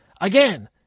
again